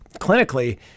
clinically